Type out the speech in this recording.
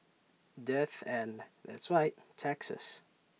death and that's right taxes